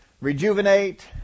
rejuvenate